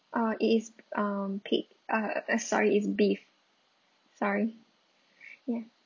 uh it is um pig uh uh sorry is beef sorry ya